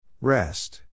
Rest